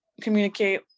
communicate